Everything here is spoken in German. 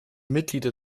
mitglieder